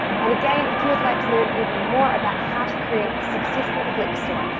and again, if you would like to learn even more about how to create a successful flex store,